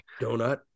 donut